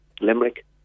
Limerick